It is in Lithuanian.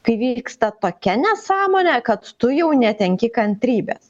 kai vyksta tokia nesąmonė kad tu jau netenki kantrybės